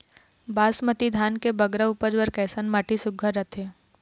बासमती धान के बगरा उपज बर कैसन माटी सुघ्घर रथे?